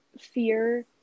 fear